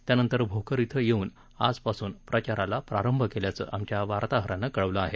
त्यानंतर भोकर इथं येऊन आजपासुन प्रचाराला प्रारंभ केल्याचं आमच्या वार्ताहरानं कळवलं आहे